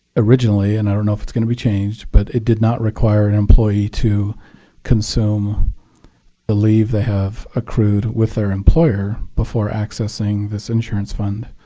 originally and i don't know if it's going to be changed but it did not require an employee to consume the leave they have accrued with their employer before accessing this insurance fund.